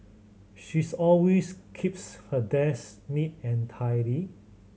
she's always keeps her desk neat and tidy